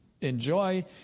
enjoy